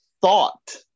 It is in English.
thought